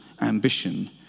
ambition